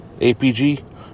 APG